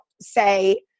say